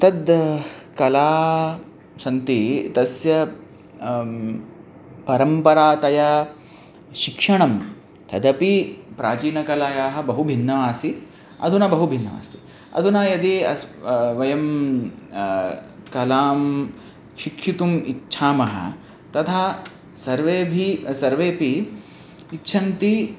तद् कलाः सन्ति तस्य परम्परातया शिक्षणं तदपि प्राचीनकलायाः बहु भिन्नम् आसीत् अधुना बहु भिन्नम् अस्ति अधुना यदि अस् वयं कलां शिक्षितुम् इच्छामः तथा सर्वेपि सर्वेपि इच्छन्ति